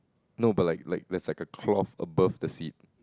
no but like like there's like a cloth above the seat